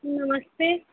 नमस्ते